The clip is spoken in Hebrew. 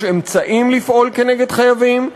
יש אמצעים לפעול נגד חייבים,